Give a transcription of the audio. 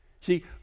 See